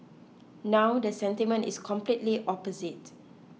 now the sentiment is completely opposite